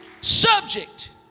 subject